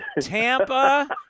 Tampa